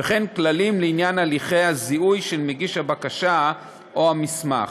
וכן כללים לעניין הליכי הזיהוי של מגיש הבקשה או המסמך.